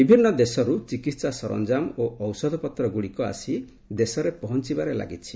ବିଭିନ୍ନ ଦେଶରୁ ଚିକିତ୍ସା ସରଞ୍ଜାମ ଓ ଔଷଧପତ୍ରଗୁଡ଼ିକ ଆସି ଦେଶରେ ପହଞ୍ଚବାରେ ଲାଗିଛି